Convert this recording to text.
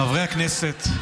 חברי הכנסת,